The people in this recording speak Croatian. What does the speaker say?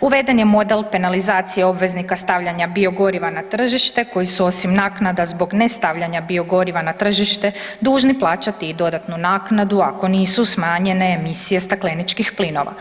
uveden je model penalizacije obveznika stavljanja biogoriva na tržište koje su osim naknada zbog nestavljanja biogoriva na tržište, dužni plaćati i dodatnu naknadu ako nisu smanjene emisije stakleničkih plinova.